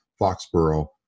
Foxborough